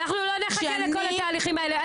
מצטערת, לא נחכה לכל התהליכים האלה.